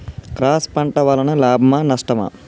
Cross పంట వలన లాభమా నష్టమా?